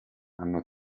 hanno